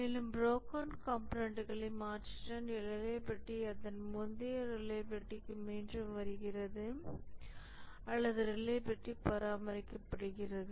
மேலும் ப்ரோக்கன் கம்போனன்ட்களை மாற்றினால் ரிலையபிலிடி அதன் முந்தைய ரிலையபிலிடிக்கு மீண்டும் வருகிறது அல்லது ரிலையபிலிடி பராமரிக்கப்படுகிறது